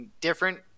different